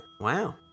wow